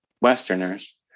westerners